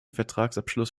vertragsabschluss